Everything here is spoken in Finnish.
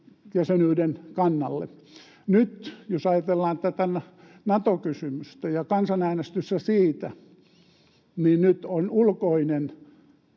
jäsenyyden kannalle. Nyt jos ajatellaan tätä Nato-kysymystä ja kansanäänestystä siitä, niin nyt ulkoinen